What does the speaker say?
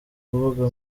kuvuga